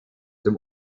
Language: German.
dem